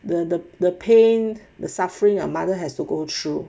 the the the pain the suffering a mother has to go through